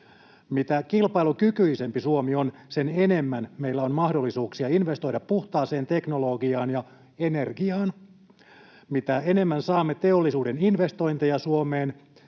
Mitä kilpailukykyisempi Suomi on, sen enemmän meillä on mahdollisuuksia investoida puhtaaseen teknologiaan ja energiaan. Mitä enemmän saamme teollisuuden investointeja Suomeen,